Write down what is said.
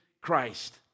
Christ